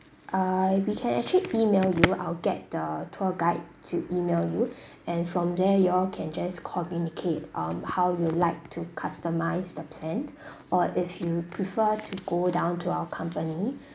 uh we can actually email you I'll get the tour guide to email you and from there you all can just communicate um how you'd like to customise the plan or if you prefer to go down to our company